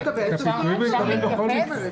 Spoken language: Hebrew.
את הפיצויים הוא יקבל בכל מקרה.